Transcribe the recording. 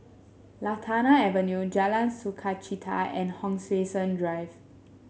Lantana Avenue Jalan Sukachita and Hon Sui Sen Drive